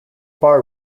bar